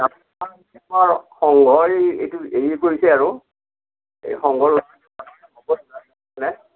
সংঘই এইটো হেৰি কৰিছে আৰু এই সংঘৰ